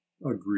agreed